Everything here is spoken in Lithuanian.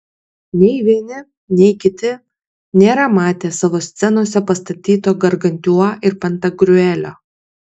nei vieni nei kiti nėra matę savo scenose pastatyto gargantiua ir pantagriuelio